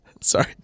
Sorry